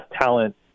talent